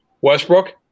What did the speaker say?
Westbrook